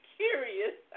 curious